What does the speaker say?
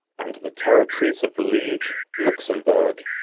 and the territories of liege, luxemburgh,